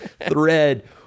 thread